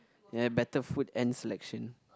ya better food and selection